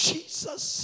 Jesus